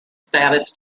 status